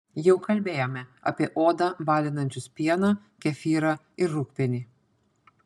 jau kalbėjome apie odą balinančius pieną kefyrą ir rūgpienį